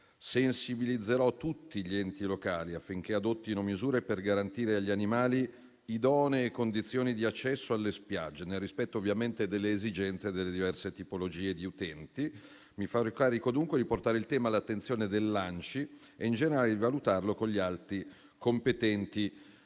sensibilizzerò tutti gli enti locali affinché adottino misure per garantire agli animali idonee condizioni di accesso alle spiagge, nel rispetto ovviamente delle esigenze delle diverse tipologie di utenti. Mi farò carico, dunque, di portare il tema dell'attenzione dell'Associazione nazionale Comuni